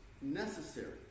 necessary